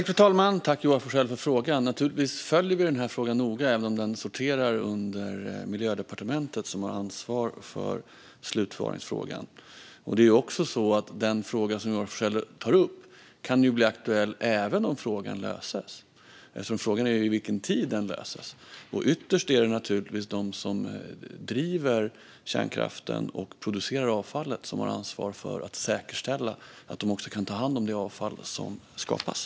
Fru talman! Jag tackar Joar Forssell för frågan. Naturligtvis följer vi denna fråga noga, även om den sorterar under Miljödepartementet som har ansvar för slutförvaringsfrågan. Den fråga som Joar Forssell tar upp kan bli aktuell även om frågan löses, eftersom frågan är i vilken tid den löses. Ytterst är det naturligtvis de som driver kärnkraften och producerar avfallet som har ansvar för att säkerställa att de också kan ta hand om det avfall som skapas.